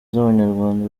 z’abanyarwanda